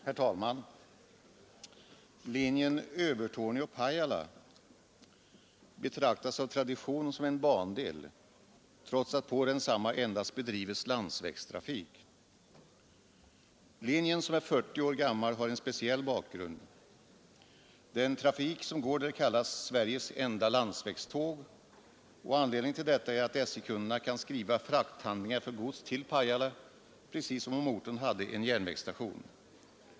Herr talman! Linjen Övertorneå—Pajala betraktas av tradition som en bandel trots att på densamma endast bedrivs landsvägstrafik. Linjen, som är 40 år gammal, har en speciell bakgrund. Den trafik som går där kallas Sveriges enda landsvägståg, och anledningen till detta är att SJ-kunderna kan skriva frakthandlingar för gods till Pajala precis som om orten hade en järnvägsstation.